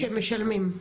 שמשלמים.